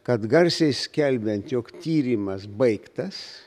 kad garsiai skelbiant jog tyrimas baigtas